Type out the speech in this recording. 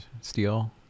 steel